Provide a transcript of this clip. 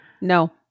No